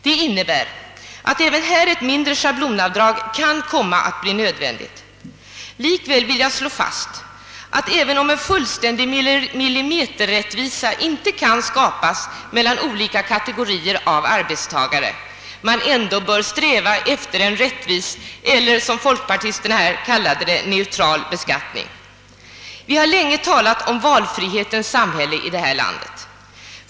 Det innebär att ett mindre schablonavdrag kan bli nödvändigt i dessa fall. Jag vill slå fast att, även om en fullständig millimeterrättvisa inte kan skapas mellan olika kategorier av arbetstagare, man ändå bör sträva efter en rättvis beskattning eller, som folkpartiet kallar det, neutral beskattning. Vi har länge talat om valfrihetens samhälle i det här landet.